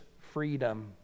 freedom